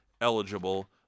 eligible